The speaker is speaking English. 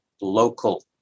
local